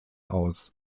aus